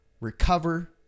recover